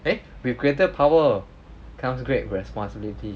eh with greater power comes great responsibility